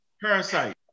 Parasite